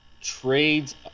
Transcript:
trades